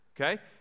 okay